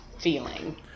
Feeling